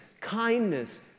kindness